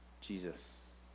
Jesus